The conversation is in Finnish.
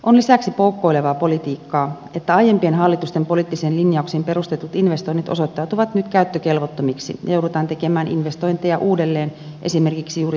on lisäksi poukkoilevaa politiikkaa että aiempien hallitusten poliittisiin linjauksiin perustetut investoinnit osoittautuvat nyt käyttökelvottomiksi ja joudutaan tekemään investointeja uudelleen esimerkiksi juuri hiilikattiloihin